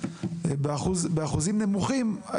באחוזים נמוכים,